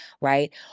right